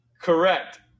Correct